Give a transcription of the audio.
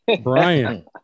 Brian